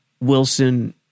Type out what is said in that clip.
Wilson